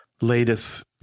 latest